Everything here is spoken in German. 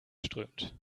strömt